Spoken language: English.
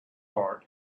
heart